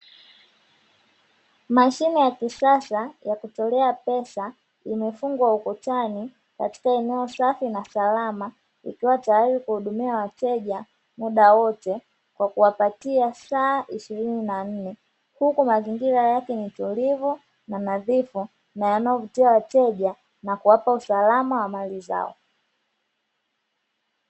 Mashine ya kisasa ya kutolea pesa imefungwa ukutani katika eneo safi na salama, ikiwa tayari kuhudumia wateja mda wote kwa kuwapatia saa ishirini na nne, huku mazingira yake ni tulivu na nadhifu na yanayowavutia wateja na kuwapa usalama wa mali zao.